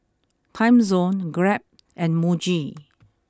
Timezone Grab and Muji